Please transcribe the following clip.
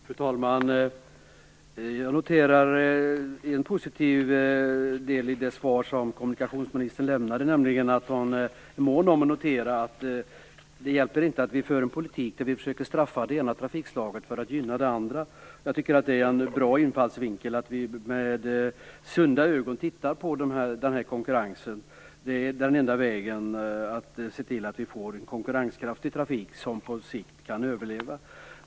Fru talman! Jag noterar en positiv del i kommunikationsministerns svar, nämligen att hon är mån om att poängtera att det inte hjälper att föra en politik där vi försöker straffa det ena trafikslaget för att gynna det andra. Det är en bra infallsvinkel att vi med sunda ögon skall se över den här konkurrensen. Det är det enda sättet att se till att vi får en konkurrenskraftig trafik, som kan överleva på sikt.